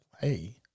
hey